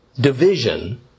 division